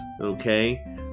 okay